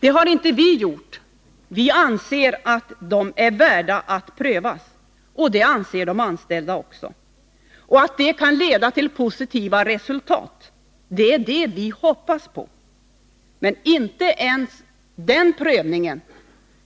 Det har inte vi gjort. Vi anser att det är värt att prövas. Och det anser även de anställda. Vi hoppas att detta skulle kunna leda till positiva resultat. Men inte ens den prövningen